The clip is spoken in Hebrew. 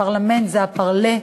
הפרלמנט זה ה-parler,